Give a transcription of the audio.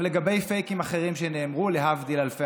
לגבי פייקים אחרים שנאמרו, להבדיל אלפי